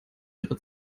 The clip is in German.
ihre